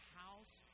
house